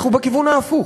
לכו בכיוון ההפוך.